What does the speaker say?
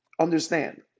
understand